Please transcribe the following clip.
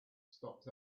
stopped